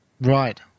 Right